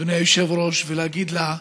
אדוני היושב-ראש, ולהגיד לה: